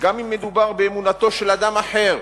גם אם מדובר באמונתו של אדם אחר.